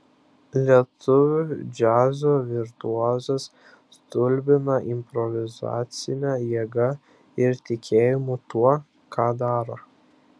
lietuvių džiazo virtuozas stulbina improvizacine jėga ir tikėjimu tuo ką daro